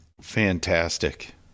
Fantastic